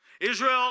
Israel